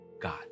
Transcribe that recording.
God